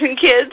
kids